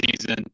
season